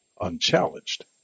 unchallenged